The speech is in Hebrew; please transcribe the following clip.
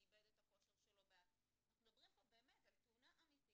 איבד את הכושר שלו --- אנחנו מדברים פה באמת על תאונה אמיתית